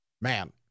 man